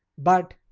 but,